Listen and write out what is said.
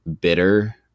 bitter